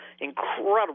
incredible